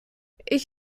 ich